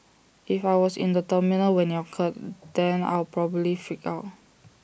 if I was in the terminal when IT occurred then I'll probably freak out